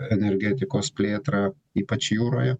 energetikos plėtrą ypač jūroje